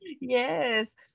yes